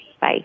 Bye